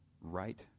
right